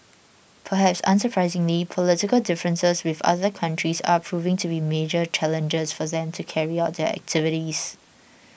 perhaps unsurprisingly political differences with other countries are proving to be major challenges for them to carry out their activities